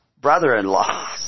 brother-in-law